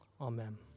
Amen